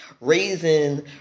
raising